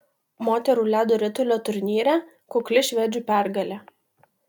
moterų ledo ritulio turnyre kukli švedžių pergalė